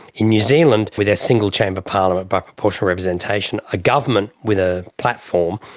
in new zealand with their single chamber parliament by proportional representation, a government with a platform,